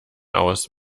aus